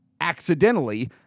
accidentally